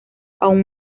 aún